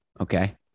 Okay